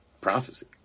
prophecy